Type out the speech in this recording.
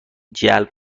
جلب